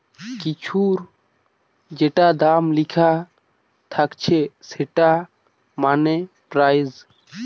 কিছুর যেটা দাম লিখা থাকছে সেটা মানে প্রাইস